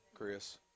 Chris